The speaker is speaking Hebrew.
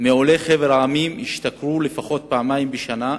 מעולי חבר העמים השתכרו לפחות פעמיים בשנה,